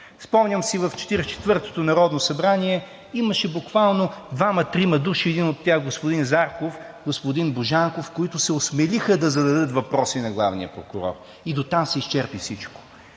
Спомням си в 44-тото народно събрание имаше буквално двама-трима души, единият от тях господин Зарков, господин Божанков, които се осмелиха да зададат въпроси на главния прокурор и дотам се изчерпи всичко.